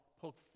poke